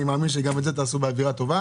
אני מאמין שגם את זה תעשו באווירה טובה.